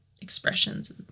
expressions